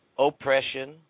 Oppression